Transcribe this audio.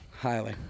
highly